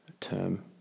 term